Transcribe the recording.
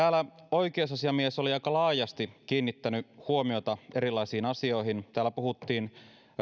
oikeusasiamies oli aika laajasti kiinnittänyt huomiota erilaisiin asioihin täällä puhuttiin